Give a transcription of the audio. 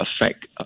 affect